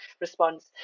response